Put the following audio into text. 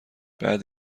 بعد